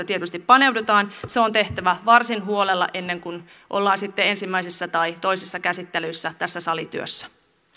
tietysti paneudutaan on tehtävä varsin huolella ennen kuin ollaan sitten ensimmäisessä tai toisessa käsittelyssä tässä salityössä